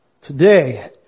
Today